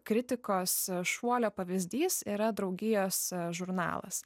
kritikos šuolio pavyzdys yra draugijos žurnalas